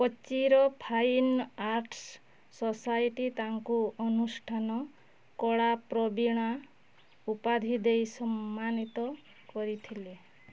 କୋଚିର fine arts society ତାଙ୍କୁ ଅନୁଷ୍ଠାନ କଳାପ୍ରବୀଣା ଉପାଧି ଦେଇ ସମ୍ମାନିତ କରିଥିଲେ